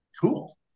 cool